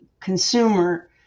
consumer